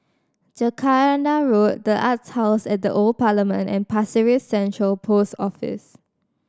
Jacaranda Road The Arts House at the Old Parliament and Pasir Ris Central Post Office